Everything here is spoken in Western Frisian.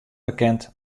bekend